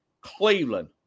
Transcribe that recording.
Cleveland